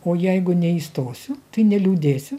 o jeigu neįstosiu tai neliūdėsiu